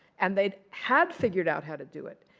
and they had figured out how to do it.